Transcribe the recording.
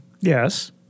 Yes